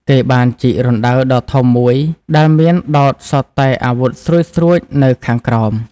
គេបានជីករណ្ដៅដ៏ធំមួយដែលមានដោតសុទ្ធតែអាវុធស្រួចៗនៅខាងក្រោម។